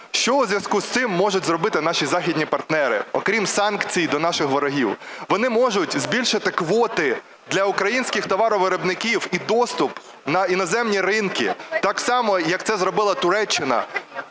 Що у зв'язку з цим можуть зробити наші західні партнери, окрім санкцій до наших ворогів? Вони можуть збільшити квоти для українських товаровиробників і доступ на іноземні ринки, так само, як це зробила Туреччина,